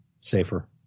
Safer